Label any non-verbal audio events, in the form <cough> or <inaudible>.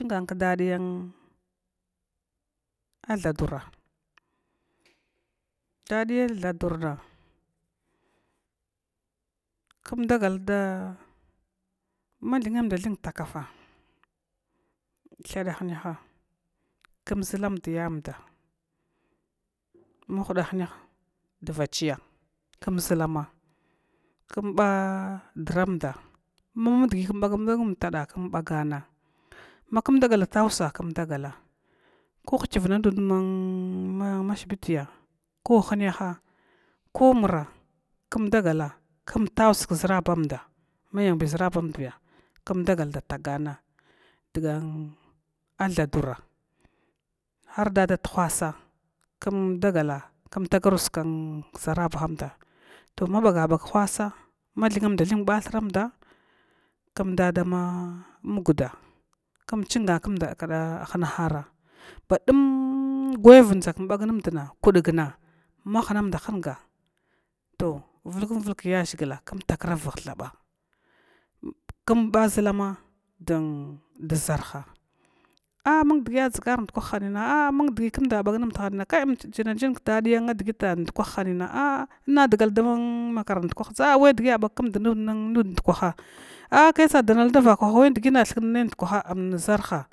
In chigan kdadiya thadura dadiya tha durna kmdagada ma thunmanda thunktakafa, thada hinyaha kmʒlam dayamda mahuda hiyaha dvachiya kmʒlama kamba dramda, mamung digi kmbagab agnmd ditra kmbagana makm dagala, da ta usa kmdagala ko higvna nud ma shibitiya ko hinyaha ko mura, kum dagala km ta usa kʒrabamda ma yanbi ʒra bam diga kmdagal da ta gana dga thadura, har da ola ta whasa kmdagala da ta us kʒrabahamida, to ma bagabag whasa thunmanda thung kba thuramda, kumda da ma guda kum chingan kmtakra hara dum gwayavan dʒa kum bagnundana vulkumd vulg yaʒhigi tha km takravanh kmba ʒul lamad ʒarha a mung dgiya dʒgar dukwan hinan a mung dgi kmda ba nmd ndukan hinan inna dugal da ma makaran dukwaha we dgi a bakmda nud ndkwan a kai tsa danal da vakwa. <unintelligible>